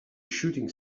shooting